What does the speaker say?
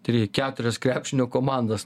tri keturias krepšinio komandos